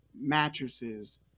mattresses